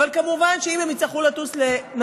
ואז הם צריכים לטוס למרכז.